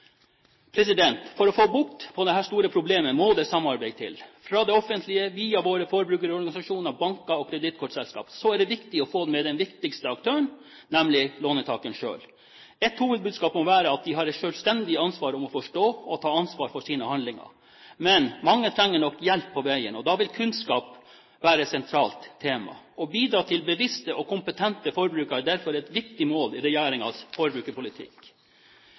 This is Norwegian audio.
For å få bukt med dette store problemet må det samarbeid til – fra det offentlige via våre forbrukerorganisasjoner til banker og kredittkortselskaper. Så er det viktig å få med den viktigste aktøren, nemlig låntakeren selv. Et hovedbudskap må være at de har et selvstendig ansvar for å forstå sine handlinger. Men mange trenger nok hjelp på veien, og da vil kunnskap være et sentralt tema. Å bidra til bevisste og kompetente forbrukere er derfor et viktig mål i regjeringens forbrukerpolitikk.